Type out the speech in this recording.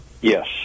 Yes